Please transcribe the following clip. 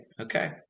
okay